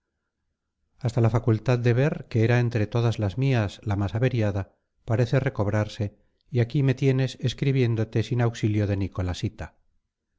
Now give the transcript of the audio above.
hasta la facultad de ver que era entre todas las mías la más averiada parece recobrarse y aquí me tienes escribiéndote sin auxilio de nicolasita esta